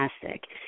Fantastic